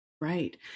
right